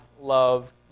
love